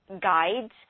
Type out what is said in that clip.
guides